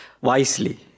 wisely